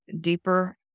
deeper